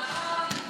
נכון.